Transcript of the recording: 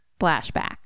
flashback